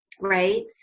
right